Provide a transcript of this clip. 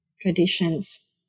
traditions